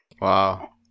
Wow